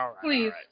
Please